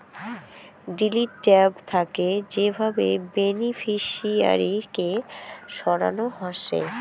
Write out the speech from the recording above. delete tab থাকে যে ভাবে বেনিফিশিয়ারি কে সরানো হসে